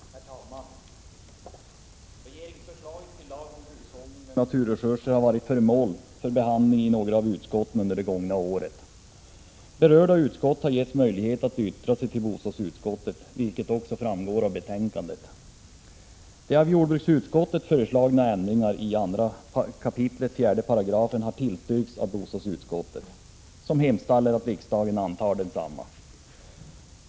Herr talman! Regeringsförslaget till lag om hushållning med naturresurser har varit föremål för behandling i några av utskotten under det gångna året. Berörda utskott har getts möjlighet att yttra sig till bostadsutskottet, vilket framgår av betänkandet. De av jordbruksutskottet föreslagna ändringarna i 2 kap. 4 § har tillstyrkts av bostadsutskottet, som hemställer att riksdagen antar desamma.